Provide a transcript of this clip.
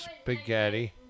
spaghetti